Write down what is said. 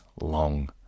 long